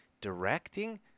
directing